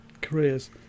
careers